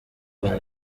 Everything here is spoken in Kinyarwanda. rwanda